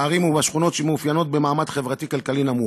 בערים ובשכונות שמאופיינות במעמד חברתי-כלכלי נמוך.